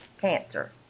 cancer